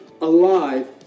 alive